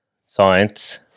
science